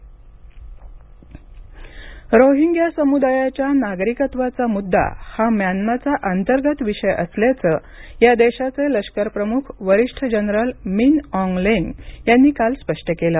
Myanmar लष्कर रोहिंग्या समुदायाच्या नागरिकत्वाचा मुद्दा हा म्यानमाचा अंतर्गत विषय असल्याचं या देशाचे लष्कर प्रमुख वरिष्ठ जनरल मिन ऑग लेंग यांनी काल स्पष्ट केलं